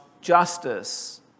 justice